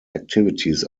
activities